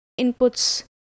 inputs